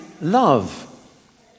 love